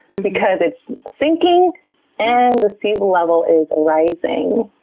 because it's sinking and the sea level level is rising,